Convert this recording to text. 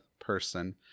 person